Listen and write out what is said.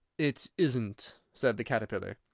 it isn't, said the caterpillar.